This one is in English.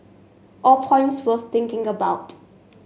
all points worth thinking about